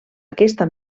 aquesta